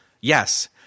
yes